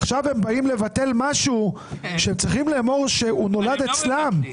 עכשיו הם באים לבטל משהו שצריך לומר שהוא נולד אצלם.